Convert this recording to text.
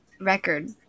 record